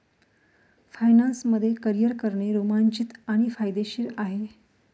finance मध्ये career करणे रोमांचित आणि फायदेशीर आहे